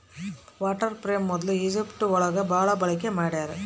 water frame ಮೊದ್ಲು Egypt ಒಳಗ ಭಾಳ ಬಳಕೆ ಮಾಡಿದ್ದಾರೆ